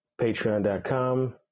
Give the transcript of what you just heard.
patreon.com